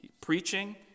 preaching